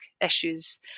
issues